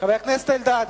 חבר הכנסת אלדד.